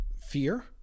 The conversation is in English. fear